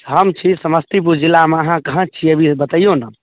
हम छी समस्तीपुर जिलामे अहाँ कहाँ छी अभी बतेइयौ ने